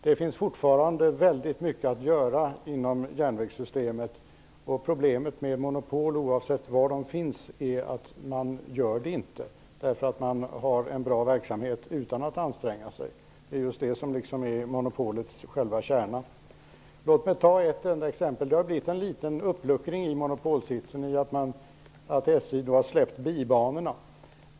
Det finns fortfarande mycket att göra inom järnvägssystemet, och problemet med monopolen, oavsett var de finns, är att detta inte blir gjort, eftersom man driver verksamheten utan att anstränga sig. Det är själva kärnan i monopolet. Låt mig ge ett enda exempel. Det har blivit en liten uppluckring i monopolsitsen i och med att SJ har släppt greppet om bibanorna.